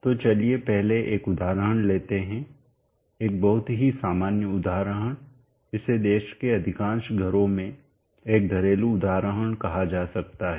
तो चलिए पहले एक उदाहरण लेते हैं एक बहुत ही सामान्य उदाहरण इसे देश के अधिकांश घरों में एक घरेलू उदाहरण कहां जा सकता है